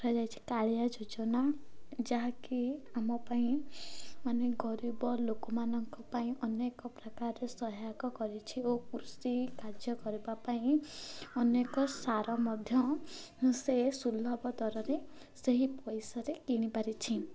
କରାଯାଇଛି କାଳିଆ ଯୋଜନା ଯାହାକି ଆମ ପାଇଁ ମାନେ ଗରିବ ଲୋକମାନଙ୍କ ପାଇଁ ଅନେକ ପ୍ରକାରରେ ସହାୟକ କରିଛି ଓ କୃଷି କାର୍ଯ୍ୟ କରିବା ପାଇଁ ଅନେକ ସାର ମଧ୍ୟ ସେ ସୁଲଭ ଦରରେ ସେହି ପଇସାରେ କିଣିପାରିଛି